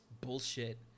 bullshit